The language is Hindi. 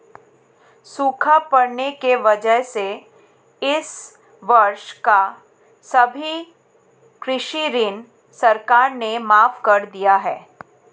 सूखा पड़ने की वजह से इस वर्ष का सभी कृषि ऋण सरकार ने माफ़ कर दिया है